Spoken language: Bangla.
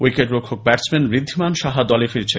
উইকেট রক্ষক ব্যাটসম্যান ঋদ্ধিমান সাহা দলে ফিরছেন